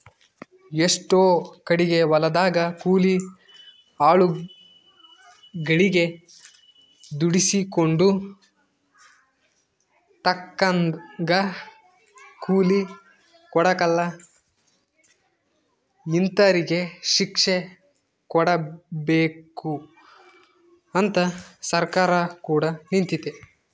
ಎಷ್ಟೊ ಕಡಿಗೆ ಹೊಲದಗ ಕೂಲಿ ಆಳುಗಳಗೆ ದುಡಿಸಿಕೊಂಡು ತಕ್ಕಂಗ ಕೂಲಿ ಕೊಡಕಲ ಇಂತರಿಗೆ ಶಿಕ್ಷೆಕೊಡಬಕು ಅಂತ ಸರ್ಕಾರ ಕೂಡ ನಿಂತಿತೆ